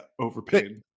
overpaid